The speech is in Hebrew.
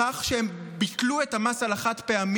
בכך שהם ביטלו את המס על החד-פעמי?